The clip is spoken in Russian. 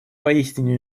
поистине